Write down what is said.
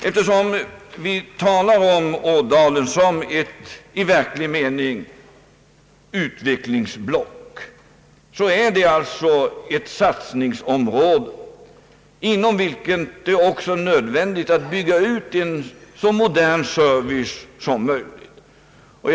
Eftersom vi nu talar om Ådalen som i verklig mening ett utvecklingsblock, är det alltså fråga om ett satsningsområde inom vilket det också är nödvändigt att bygga ut en så modern service som möjligt.